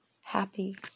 happy